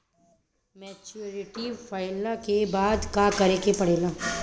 Maturity भईला के बाद का करे के पड़ेला?